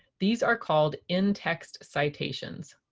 these are called in-text citations.